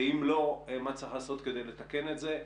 ואם לא מה צריך לעשות כדי לתקן את זה.